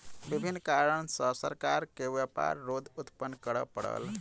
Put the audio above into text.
विभिन्न कारण सॅ सरकार के व्यापार रोध उत्पन्न करअ पड़ल